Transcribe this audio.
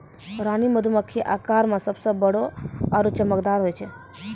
रानी मधुमक्खी आकार मॅ सबसॅ बड़ो आरो चमकदार होय छै